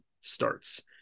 starts